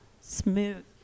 Smooth